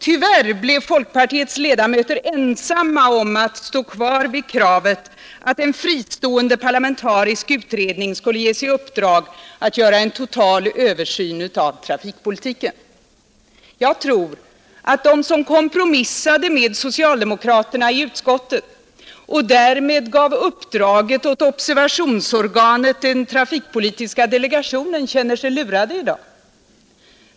Tyvärr blev folkpartiets ledamöter ensamma om att stå kvar vid kravet, att en fristående parlamentarisk utredning skulle ges i uppdrag att göra en total översyn av trafikpolitiken. Jag tror att de som kompromissade med socialdemokraterna i utskottet och därmed gav uppdraget åt observationsorganet, den trafikpolitiska delegationen, känner sig lurade i dag.